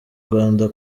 rwanda